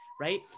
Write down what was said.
right